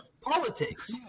Politics